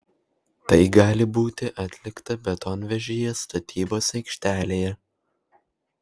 tai gali būti atlikta betonvežyje statybos aikštelėje